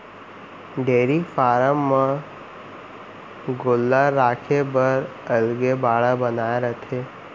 dairy farm म गोल्लर राखे बर अलगे बाड़ा बनाए रथें